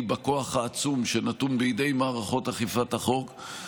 של הכוח העצום שנתון בידי מערכות אכיפת החוק,